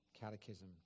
Catechism